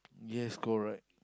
yes correct